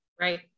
right